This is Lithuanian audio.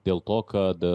dėl to kad